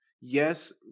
yes